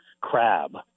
crab